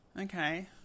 Okay